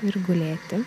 ir gulėti